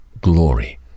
glory